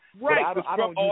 Right